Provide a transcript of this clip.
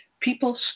People